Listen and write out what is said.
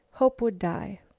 hope would die.